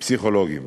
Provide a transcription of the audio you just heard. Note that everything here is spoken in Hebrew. פסיכולוגיים".